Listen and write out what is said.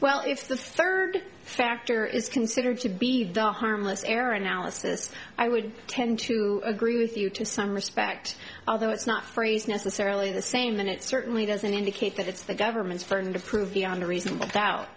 well it's the third factor is considered to be the harmless error analysis i would tend to agree with you to some respect although it's not phrased necessarily the same and it certainly doesn't indicate that it's the government's firm to prove beyond a reasonable doubt